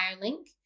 link